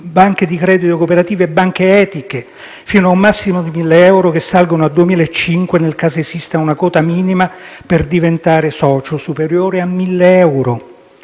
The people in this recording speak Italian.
banche di credito cooperativo e banche etiche fino a un massimo di mille euro, che salgono a 2.500 nel caso esista una quota minima per diventare socio superiore a mille euro.